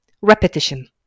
repetition